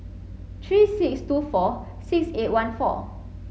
three six two four six eight one four